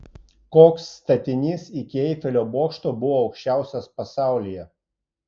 koks statinys iki eifelio bokšto buvo aukščiausias pasaulyje